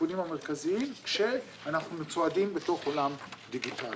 הסיכונים המרכזיים כשאנחנו צועדים בתוך עולם דיגיטלי.